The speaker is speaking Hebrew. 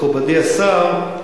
מכובדי השר,